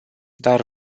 dar